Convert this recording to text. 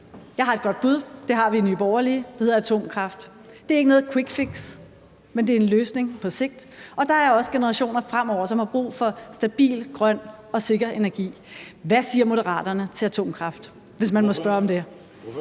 har et godt bud, og det hedder atomkraft. Det er ikke noget quickfix, men det er en løsning på sigt, og der er også fremtidige generationer, som vil have brug for stabil, grøn og sikker energi. Hvad siger Moderaterne til atomkraft – hvis man må spørge om det?